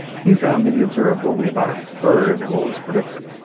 he found that he observed only about a third what was predicted.